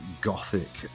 gothic